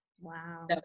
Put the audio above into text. Wow